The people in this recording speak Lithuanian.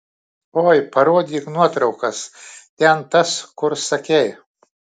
oi parodyk nuotraukas ten tas kur sakei